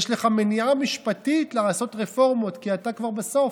יש לך מניעה משפטית לעשות רפורמות כי אתה כבר בסוף.